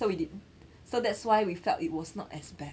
so we didn't so that's why we felt it was not as bad